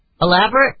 Elaborate